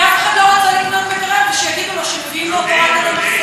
כי אף אחד לא רוצה לקנות מקרר ושיגידו לו שמביאים לו אותו רק למחסום.